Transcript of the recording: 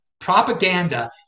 propaganda